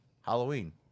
Halloween